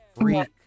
freak